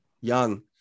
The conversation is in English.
young